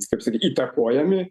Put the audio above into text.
kaip sakyt įtakojami